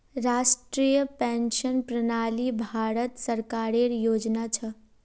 राष्ट्रीय पेंशन प्रणाली भारत सरकारेर योजना छ